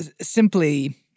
simply